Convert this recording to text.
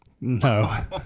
No